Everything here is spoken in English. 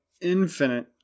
infinite